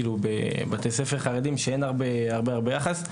בבתי ספר חרדים שאין הרבה הרבה יחס.